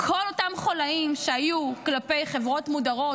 כל אותם חוליים שהיו כלפי חברות מודרות